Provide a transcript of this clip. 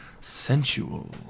sensual